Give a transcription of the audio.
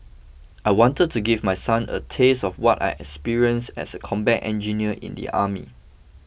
I wanted to give my son a taste of what I experienced as a combat engineer in the army